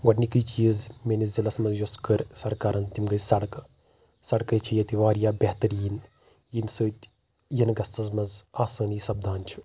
گۄڈنیُکے چیٖز میٛأنِس ضِلعس منٛز یۄس کٔر سرکارن تِم گٔے سڑکہٕ سڑکہٕ چھ ییٚتہِ واریاہ بہتریٖن ییٚمہِ سۭتۍ یِنہٕ گژھنس منٛز آسأنی سپدان چھ